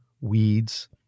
weeds